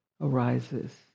arises